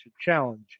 challenge